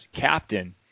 captain